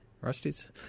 Rusty's